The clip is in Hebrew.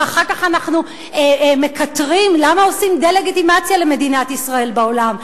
ואחר כך אנחנו מקטרים למה עושים דה-לגיטימציה למדינת ישראל בעולם.